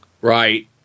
Right